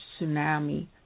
tsunami